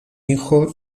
hijo